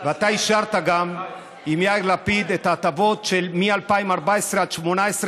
ואתה גם אישרת עם יאיר לפיד את ההטבות מ-2014 עד 2018,